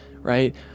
Right